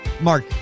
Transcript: Mark